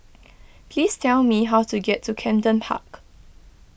please tell me how to get to Camden Park